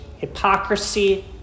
hypocrisy